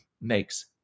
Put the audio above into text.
makes